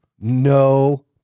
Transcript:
No